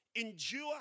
endure